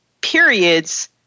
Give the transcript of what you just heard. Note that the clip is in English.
periods